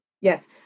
yes